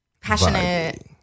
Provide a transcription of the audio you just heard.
Passionate